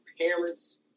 parents